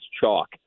chalk